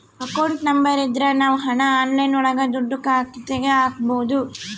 account number ಇದ್ರ ನಾವ್ ಹಣ ಆನ್ಲೈನ್ ಒಳಗ ದುಡ್ಡ ಖಾತೆಗೆ ಹಕ್ಬೋದು